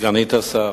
סגן השר,